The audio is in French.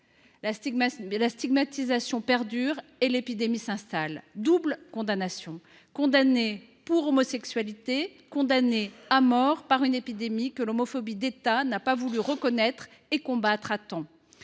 La stigmatisation perdure et l’épidémie s’installe. Double condamnation : condamnés pour homosexualité, condamnés à mort par une épidémie que l’homophobie d’État n’a pas voulu reconnaître et combattre à temps.